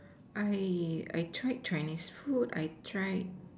I I tried Chinese food I tried